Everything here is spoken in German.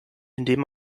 indem